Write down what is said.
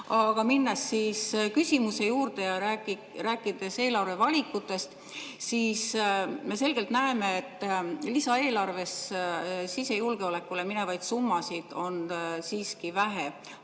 kui minna küsimuse juurde ja rääkida eelarvevalikutest, siis me selgelt näeme, et lisaeelarves on sisejulgeolekule minevaid summasid siiski vähe,